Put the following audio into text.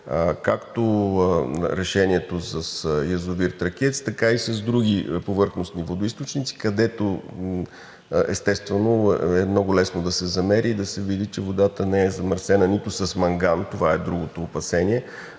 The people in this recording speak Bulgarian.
както решението с язовир „Тракиец“, така и с други повърхностни водоизточници, където, естествено, е много лесно да се замери и да се види, че водата не е замърсена нито с манган – това е другото опасение,